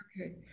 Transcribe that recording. Okay